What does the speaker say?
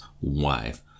wife